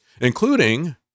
including